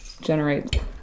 generate